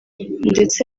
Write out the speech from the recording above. ndetse